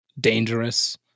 dangerous